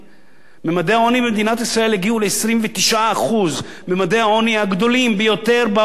ממדי העוני במדינת ישראל הגיעו ל-29% ממדי העוני הגדולים ביותר ב-OECD.